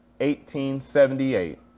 1878